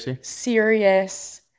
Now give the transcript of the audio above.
serious